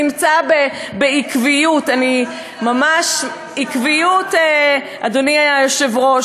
וזה נמצא בעקביות, ממש עקביות, אדוני היושב-ראש.